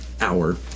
hour